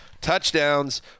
touchdowns